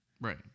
Right